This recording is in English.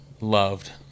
loved